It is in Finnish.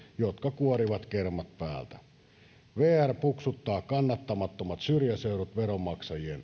jotka kuorivat kermat päältä vr puksuttaa kannattamattomat syrjäseudut veronmaksajien